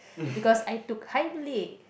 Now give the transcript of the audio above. because I took higher Malay